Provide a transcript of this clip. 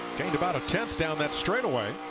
about a tenth down that street away.